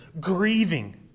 grieving